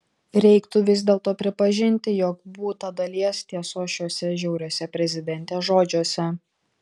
reiktų vis dėlto pripažinti jog būta dalies tiesos šiuose žiauriuose prezidentės žodžiuose